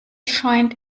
scheint